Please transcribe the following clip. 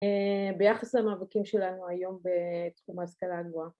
‫ביחס למאבקים שלנו היום ‫בתחום ההשכלה הגבוהה.